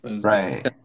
Right